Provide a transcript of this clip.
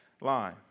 line